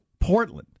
Portland